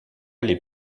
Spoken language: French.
les